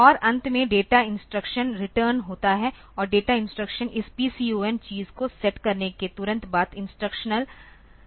और अंत में डेटा इंस्ट्रक्शनल रिटर्न होता है और डेटा इंस्ट्रक्शनल इस PCON चीज़ को सेट करने के तुरंत बाद इंस्ट्रक्शनल पर ले जाएगा